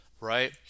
right